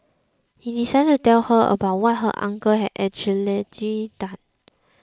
he decided to tell her about what her uncle had allegedly done